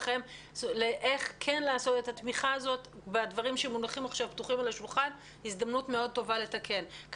איך כן לעשות את התמיכות שמונחות על השולחן בצורה שתתקן את הדברים.